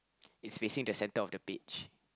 is facing the center of the beach